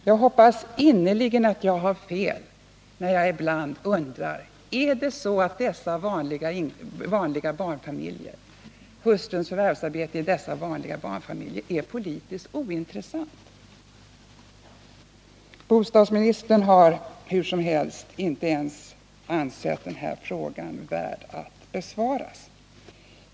Jag hoppas innerligt att jag har fel när jag ibland undrar: Är det så att hustruns förvärvsarbete i dessa vanliga barnfamiljer är politiskt ointressant? Bostadsministern har hur som helst inte ens ansett den här frågan värd att besvara.